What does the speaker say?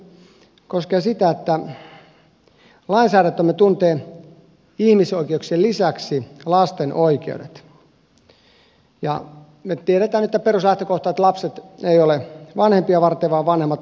asia mistä halusin puhua koskee sitä että lainsäädäntömme tuntee ihmisoikeuksien lisäksi lasten oikeudet ja me tiedämme että peruslähtökohta on että lapset eivät ole vanhempia varten vaan vanhemmat lapsia varten